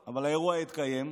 אבל האירוע יתקיים.